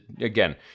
again